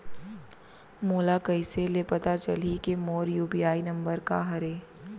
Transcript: मोला कइसे ले पता चलही के मोर यू.पी.आई नंबर का हरे?